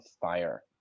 fire